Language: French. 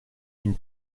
une